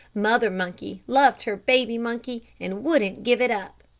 mother monkey loved her baby monkey, and wouldn't give it up.